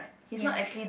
yes